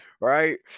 right